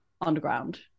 underground